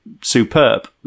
superb